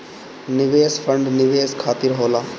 निवेश फंड निवेश खातिर होला